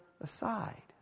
aside